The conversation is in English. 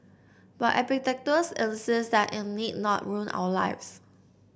but Epictetus insists that it need not ruin our lives